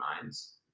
minds